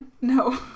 No